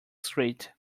street